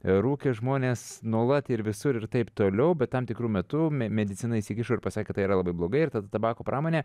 rūkė žmonės nuolat ir visur ir taip toliau bet tam tikru metu me medicina įsikišo ir pasakė tai yra labai blogai ir tad tabako pramonė